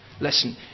listen